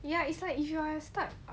ya it's like if you are stuck